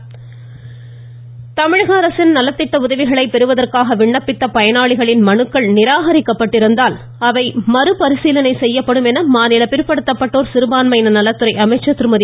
ம்ம்ம்ம்ம வன்மதி தமிழக அரசின் நலத்திட்ட உதவிகளை பெறுவதற்காக விண்ணப்பித்த பயனாளிகளின் மனுக்கள் நிராகரிக்கப்பட்டிருந்தால் அவை மறுபரிசீலனை செய்யப்படும் என்று மாநில பிற்படுத்தப்பட்டோர் சிறுபான்மையினர் நலத்துறை அமைச்சர் திருமதி